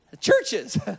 Churches